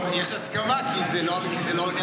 יש הסכמה, כי זה לא עונה